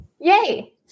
Yay